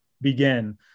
begin